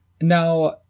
Now